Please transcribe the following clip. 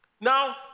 Now